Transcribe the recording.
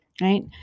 Right